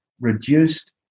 reduced